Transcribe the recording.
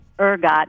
Ergot